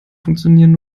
funktionieren